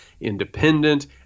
independent